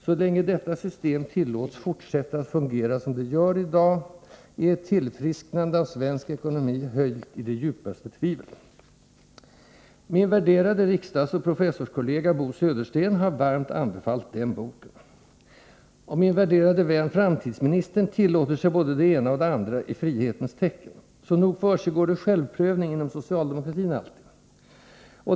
Så länge detta system tillåts fortsätta att fungera som det gör i dag är ett tillfrisknande av svensk ekonomi höljt i djupaste tvivel.” Min värderade riksdagsoch professorskollega Bo Södersten har varmt anbefallt den boken. Och min värderade vän framtidsministern tillåter sig både det ena och det andra i frihetens tecken, så nog försiggår det självprövning inom socialdemokratin alltid.